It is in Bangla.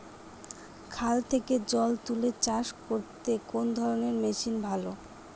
খাল থেকে জল তুলে চাষ করতে কোন ধরনের মেশিন ভালো?